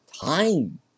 time